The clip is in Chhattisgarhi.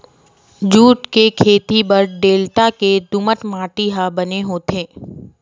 जूट के खेती बर डेल्टा के दुमट माटी ह बने होथे